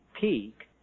peak